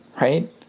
right